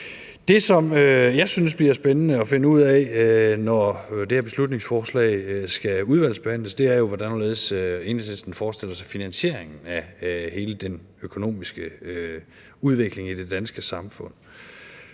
Det, som jeg synes bliver spændende at finde ud af, når det her beslutningsforslag skal udvalgsbehandles, er jo, hvordan og hvorledes Enhedslisten forestiller sig finansieringen af hele den økonomiske udvikling i det danske samfund